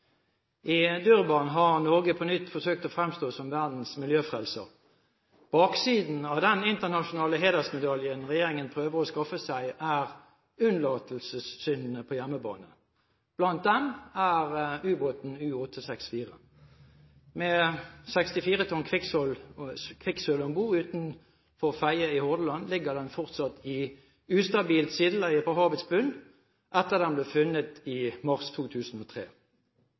I Durban har Norge på nytt forsøkt å fremstå som verdens miljøfrelser. Baksiden av den internasjonale hedersmedaljen regjeringen prøver å skaffe seg, er unnlatelsessyndene på hjemmebane – blant dem er ubåten U-864, med 64 tonn kvikksølv om bord. Utenfor Fedje i Hordaland ligger den fortsatt i ustabilt sideleie på havets bunn, etter at den ble funnet i mars 2003.